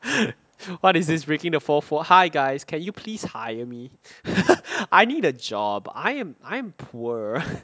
what is this breaking the fourth wall hi guys can you please hire me I need a job I am I'm poor